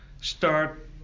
start